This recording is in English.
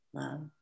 love